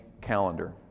calendar